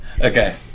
Okay